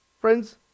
Friends